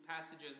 passages